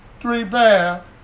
three-bath